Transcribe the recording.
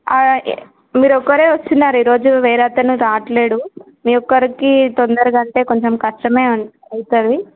అలాగే మీఋ ఒక్కరే వచ్చున్నారు ఈరోజు వేరే అతను రావట్లేదు మీ ఒక్కరికి తొందరగా అంటే కొంచెం కష్టమే అవుతుంది